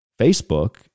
Facebook